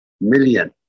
million